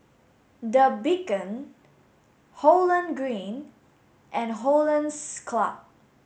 the Beacon Holland Green and Hollandse Club